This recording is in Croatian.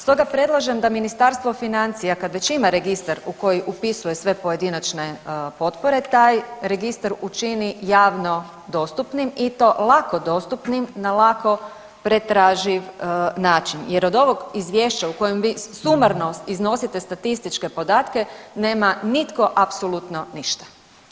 Stoga predlažem da Ministarstvo financija kad već ima registar u koji upisuje sve pojedinačne potpore taj registar učini javno dostupnim i to lako dostupnim na lako pretraživ način jer od ovog izvješća u kojem vi sumarno iznosite statističke podatke nema nitko apsolutno ništa.